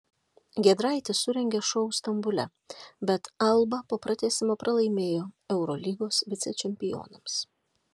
giedraitis surengė šou stambule bet alba po pratęsimo pralaimėjo eurolygos vicečempionams